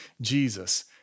Jesus